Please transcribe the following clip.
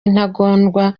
intagondwa